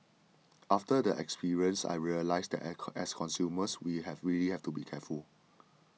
after the experience I realised that as consumers we have really have to be careful